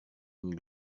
une